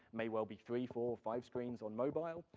may well be three, four, five screens on mobile,